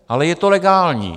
Ale je to legální.